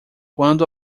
quando